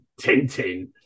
Tintin